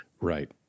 Right